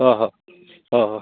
ᱦᱳᱭ ᱦᱳᱭ ᱦᱳᱭ